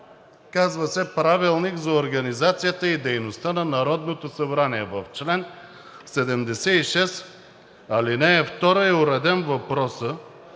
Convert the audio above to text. казва се Правилник за организацията и дейността на Народното събрание. В чл. 76, ал. 2 е уреден въпросът,